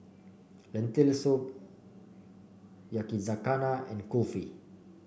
Lentil Soup Yakizakana and Kulfi